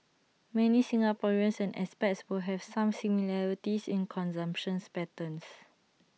many Singaporeans and expats will have some similarities in consumptions patterns